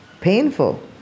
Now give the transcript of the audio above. painful